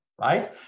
right